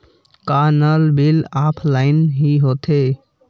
का नल bill offline हि होथे?